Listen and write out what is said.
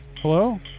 Hello